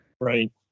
Right